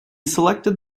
selected